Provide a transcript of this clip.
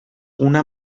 una